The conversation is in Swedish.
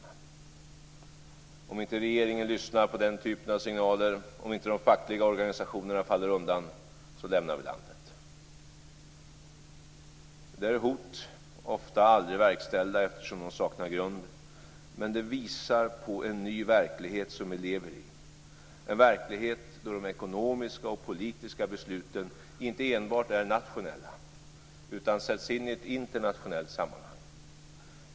Man har sagt: om inte regeringen lyssnar på den typen av signaler och om inte de fackliga organisationerna faller undan lämnar vi landet. Det här är hot som oftast inte blir verkställda, eftersom de saknar grund. Men de visar på en ny verklighet som vi lever i, en verklighet då de ekonomiska och politiska besluten inte enbart är nationella utan sätts in i ett internationellt sammanhang.